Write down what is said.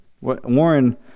Warren